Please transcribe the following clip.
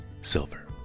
silver